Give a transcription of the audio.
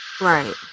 Right